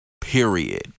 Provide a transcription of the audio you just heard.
Period